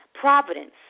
providence